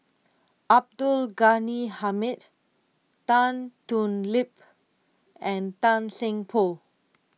Abdul Ghani Hamid Tan Thoon Lip and Tan Seng Poh